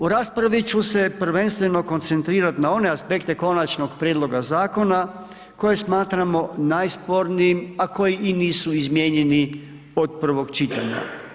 U raspravi ću se prvenstveno koncentrirati na one aspekte konačnog prijedloga zakona koji smatramo najspornijim, a koji i nisu izmijenjeni od prvog čitanja.